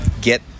get